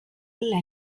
õlle